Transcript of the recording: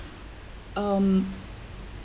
um